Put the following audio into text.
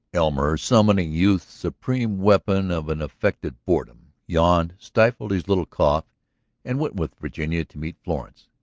elmer, summoning youth's supreme weapon of an affected boredom, yawned, stifled his little cough and went with virginia to meet florence.